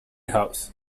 house